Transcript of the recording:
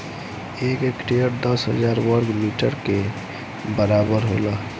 एक हेक्टेयर दस हजार वर्ग मीटर के बराबर होला